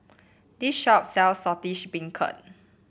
this shop sells Saltish Beancurd